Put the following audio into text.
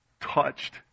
touched